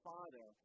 Father